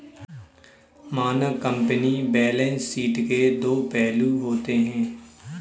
मानक company balance sheet के दो फ्लू होते हैं